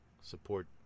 support